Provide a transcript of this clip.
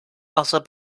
also